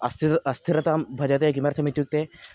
अस्थिर् अस्थिरतां भजते किमर्थम् इत्युक्ते